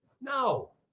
No